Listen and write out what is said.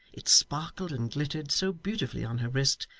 it sparkled and glittered so beautifully on her wrist,